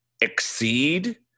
exceed